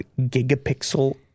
gigapixel